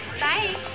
Bye